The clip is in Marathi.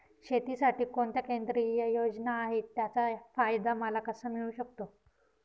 शेतीसाठी कोणत्या केंद्रिय योजना आहेत, त्याचा फायदा मला कसा मिळू शकतो?